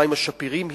המים השפירים,